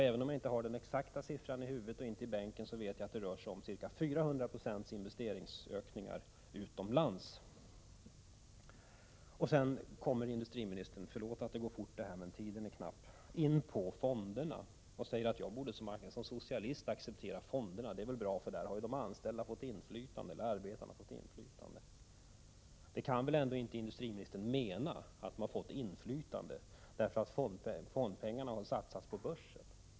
Även om jag inte har den exakta siffran i huvudet eller i bänken, vet jag att det rör sig om ca 400 96 i investeringsökningar utomlands. Industriministern kommer också in på fonderna och säger att jag som socialist borde acceptera fonderna, för det är väl bra att arbetarna har fått inflytande på det sättet. Men industriministern kan väl ändå inte mena att de har fått inflytande därför att fondpengarna har satsats på börsen?